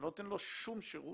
אני לא נותן לו שום שירות,